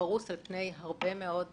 שפרוס על פני הרבה מאוד